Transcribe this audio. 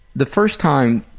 the first time